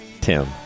Tim